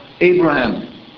Abraham